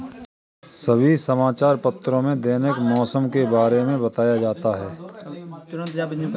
सभी समाचार पत्रों में दैनिक मौसम के बारे में बताया जाता है